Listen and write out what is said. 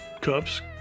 cups